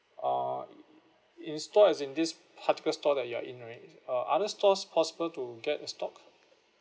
uh in store as in this particular store that you are in right uh other stores possible to get the stock